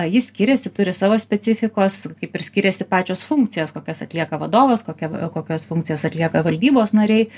ji skiriasi turi savo specifikos kaip ir skiriasi pačios funkcijos kokias atlieka vadovas kokia kokias funkcijas atlieka valdybos nariai